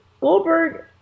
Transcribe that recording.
Goldberg